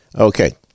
okay